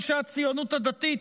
אנשי הציונות הדתית,